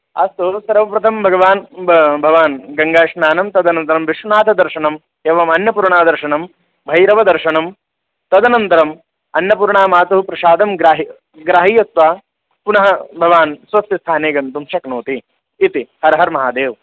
अस्तु तदुत्तरं भवान् गङ्गास्नानं तदनन्तरं विश्वनाथदर्शनम् एवम् अन्नपूर्णादर्शनं भैरवदर्शनं तदनन्तरम् अन्नपूर्णामातुः प्रसादं गृहीत्वा पुनः भवान् स्वस्य स्थाने गन्तुं शक्नोति इति हर हर् महादेव्